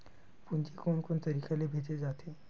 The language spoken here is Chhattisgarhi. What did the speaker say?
पूंजी कोन कोन तरीका ले भेजे जाथे?